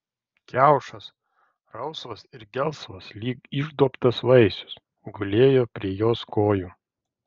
kiaušas rausvas ir gelsvas lyg išduobtas vaisius gulėjo prie jos kojų